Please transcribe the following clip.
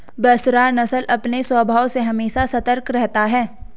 बसरा नस्ल अपने स्वभाव से हमेशा सतर्क रहता है